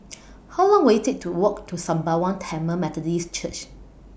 How Long Will IT Take to Walk to Sembawang Tamil Methodist Church